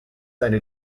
eine